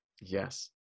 Yes